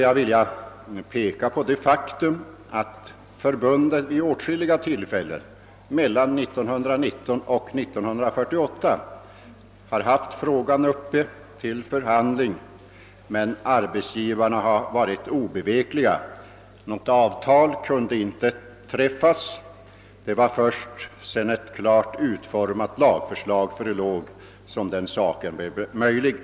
Jag vill då erinra om det faktum, att förbundet vid åtskilliga tillfällen mellan 1919 och 1948 hade frågan uppe till förhandling. Men arbetsgivarna var obevekliga och något avtal kunde inte träffas. Det var först när ett klart utformat lagförslag förelåg som detta blev möjligt.